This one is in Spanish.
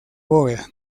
bóveda